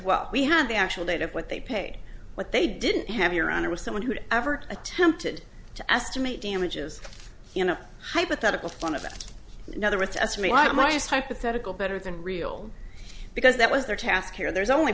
well we had the actual date of what they paid what they didn't have your honor was someone who'd ever attempted to estimate damages in a hypothetical fun of that another it's us me i might use hypothetical better than real because that was their task here there's only